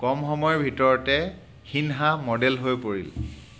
কম সময়ৰ ভিতৰতে সিনহা মডেল হৈ পৰিল